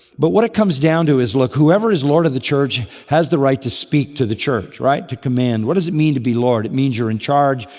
but what it comes down to is, look, whoever is lord of the church has the right to speak to the church, right? to command. what does it mean to be lord? it means you're in charge,